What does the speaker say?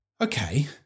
Okay